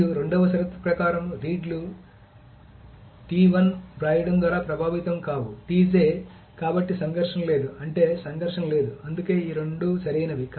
మరియు రెండవ షరతు ప్రకారం రీడ్లు వ్రాయడం ద్వారా ప్రభావితం కావు కాబట్టి సంఘర్షణ లేదు అంటే సంఘర్షణ లేదు అందుకే ఈ రెండు సరైనవి